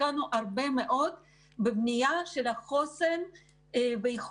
השקענו הרבה מאוד בבנייה של החוסן והיכולת